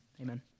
Amen